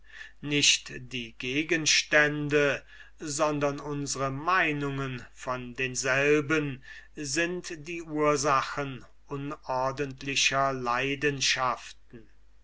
nicht die gegenstände sondern unsre meinungen von denselben sind die ursache unordentlicher leidenschaften